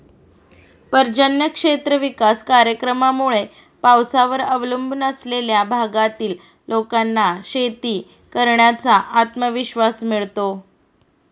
पर्जन्य क्षेत्र विकास कार्यक्रमामुळे पावसावर अवलंबून असलेल्या भागातील लोकांना शेती करण्याचा आत्मविश्वास मिळतो